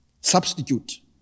Substitute